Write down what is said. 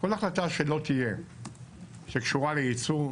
כל החלטה שלא תהיה שקשורה לייצור,